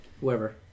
Whoever